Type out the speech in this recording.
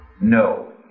No